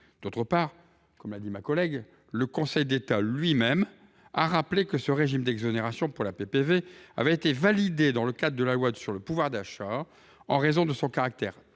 D’autre part, comme l’a dit ma collègue, le Conseil d’État lui même a rappelé que ce régime d’exonération pour la PPV avait été validé dans le cadre de la loi Pouvoir d’achat, en raison de son caractère